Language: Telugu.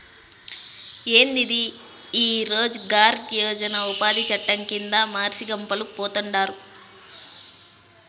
యాందిది ఈ రోజ్ గార్ యోజన ఉపాది చట్టం కింద మర్సి గప్పాలు పోతండారు